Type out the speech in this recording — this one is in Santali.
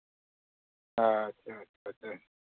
ᱟᱪᱪᱷᱟ ᱟᱪᱪᱷᱟ